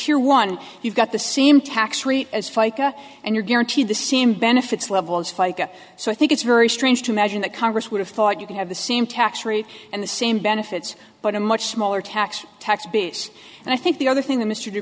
to one you've got the same tax rate as fica and you're guaranteed the seam benefits levels fica so i think it's very strange to measure that congress would have thought you could have the same tax rate and the same benefits but a much smaller tax tax base and i think the other thing that mr